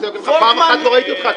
פעם אחת לא ראיתי אותך כאן.